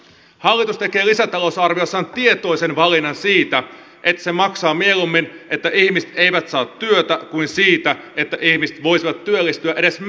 hallitus tekee lisätalousarviossaan tietoisen valinnan että se maksaa mieluummin siitä että ihmiset eivät saa työtä kuin siitä että ihmiset voisivat työllistyä edes määräaikaisesti